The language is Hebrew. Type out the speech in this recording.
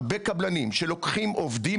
הרבה קבלנים שלוקחים עובדים,